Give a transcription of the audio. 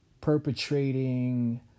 perpetrating